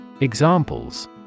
Examples